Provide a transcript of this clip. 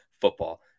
football